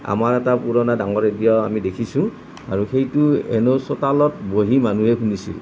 আমাৰ এটা পুৰণা ডাঙৰ ৰেডিঅ' আমি দেখিছোঁ আৰু সেইটো হেনো চোতালত বহি মানুহে শুনিছিল